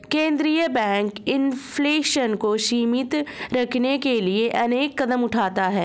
केंद्रीय bank inflation को सीमित रखने के लिए अनेक कदम उठाता है